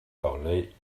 taulell